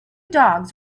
dogs